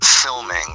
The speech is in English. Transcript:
filming